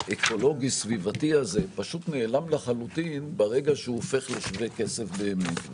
האקולוגי-סביבתי הזה פשוט נעלם לחלוטין ברגע שהוא הופך לשווה-כסף באמת.